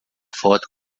foto